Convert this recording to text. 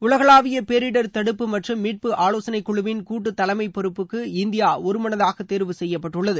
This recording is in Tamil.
உலகளாவிய பேரிடர் தடுப்பு மற்றும் மீட்பு ஆவோசனைக் குழுவின் கூட்டு தலைமை பொறுப்புக்கு இந்தியா ஒரு மனதாக தேர்வு செய்யப்பட்டுள்ளது